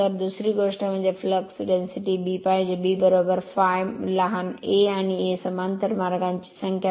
तर दुसरी गोष्ट म्हणजे फ्लक्स डेन्सिटी B पाहिजे B ∅ लहान a आणि a समांतर मार्गाची संख्या